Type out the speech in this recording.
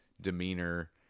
demeanor